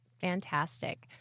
fantastic